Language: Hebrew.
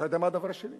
אתה יודע מה הדבר השני?